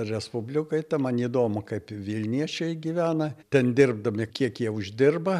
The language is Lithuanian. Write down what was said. respublikoj tai man įdomu kaip vilniečiai gyvena ten dirbdami kiek jie uždirba